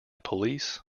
police